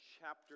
chapter